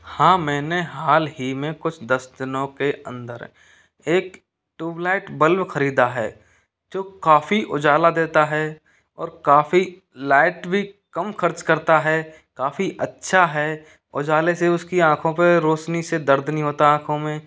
हाँ मैंने हाल ही में कुछ दस दिनों के अंदर एक ट्यूबलाइट बल्ब खरीदा है जो काफ़ी उजाला देता है और काफ़ी लाईट भी कम खर्च करता है काफ़ी अच्छा है उजाले से उसकी आँखों से रोशनी से दर्द नहीं होता आँखों में